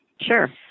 Sure